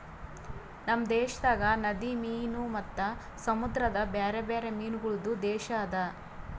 ನಮ್ ದೇಶದಾಗ್ ನದಿ ಮೀನು ಮತ್ತ ಸಮುದ್ರದ ಬ್ಯಾರೆ ಬ್ಯಾರೆ ಮೀನಗೊಳ್ದು ದೇಶ ಅದಾ